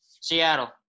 Seattle